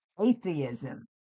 atheism